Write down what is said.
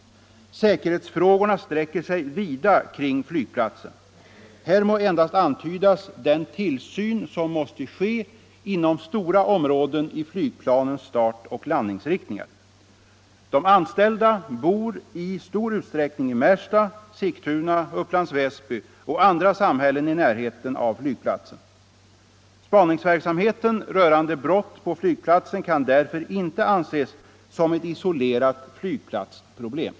Säkerhetsfrågorna sträcker sig vida kring flygplatsen. Här må endast antydas den tillsyn som måste ske inom stora områden i flygplanens startoch landningsriktningar. De anställda bor i stor utsträckning i Märsta, Sigtuna, Upplands Väsby och andra samhällen i närheten av flygplatsen. Spaningsverksamheten rörande brott på flygplatsen kan därför inte anses som ett isolerat flygplatsproblem.